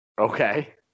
Okay